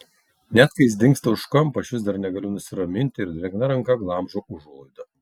net kai jis dingsta už kampo aš vis dar negaliu nusiraminti ir drėgna ranka glamžau užuolaidą